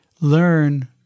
learn